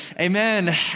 amen